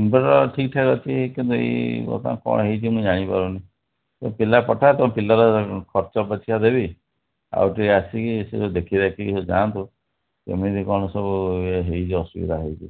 inverter ଠିକ୍ ଠାକ୍ ଅଛି କିନ୍ତୁ ଏଇ ବର୍ତ୍ତମାନ କ'ଣ ହୋଇଛି ମୁଁ ଜାଣିପାରୁନି ପିଲା ପଠା ତୁମ ପିଲାର ଖର୍ଚ୍ଚ ପଛକେ ଦେବି ଆଉ ଟିକିଏ ଆସିକି ସେ ଯେଉଁ ଦେଖି ଦାଖିକି ଯାଆନ୍ତୁ କିମିତି କ'ଣ ସବୁ ହୋଇଛି ଅସୁବିଧା ହୋଇଛି